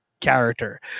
character